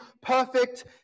perfect